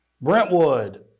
Brentwood